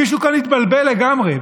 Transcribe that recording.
מישהו כאן התבלבל לגמרי.